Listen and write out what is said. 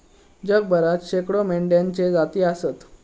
जगभरात शेकडो मेंढ्यांच्ये जाती आसत